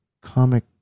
comic